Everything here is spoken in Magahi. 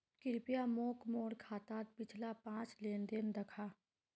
कृप्या मोक मोर खातात पिछला पाँच लेन देन दखा